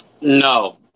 No